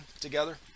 together